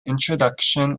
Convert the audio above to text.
introduction